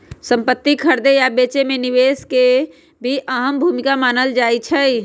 संपति खरीदे आ बेचे मे निवेश के भी अहम भूमिका मानल जाई छई